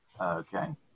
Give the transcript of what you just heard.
Okay